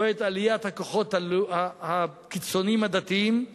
רואה את עליית הכוחות הקיצוניים הדתיים,